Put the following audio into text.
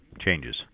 changes